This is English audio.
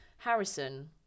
Harrison